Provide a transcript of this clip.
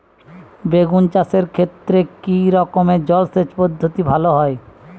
বেগুন চাষের ক্ষেত্রে কি রকমের জলসেচ পদ্ধতি ভালো হয়?